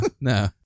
no